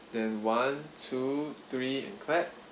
then one two three clap